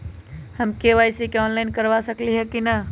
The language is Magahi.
हम के.वाई.सी ऑनलाइन करवा सकली ह कि न?